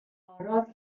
torrodd